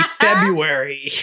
February